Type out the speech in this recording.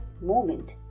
moment